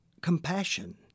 compassion